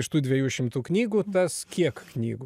iš tų dviejų šimtų knygų tas kiek knygų